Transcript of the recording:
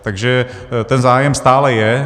Takže ten zájem stále je.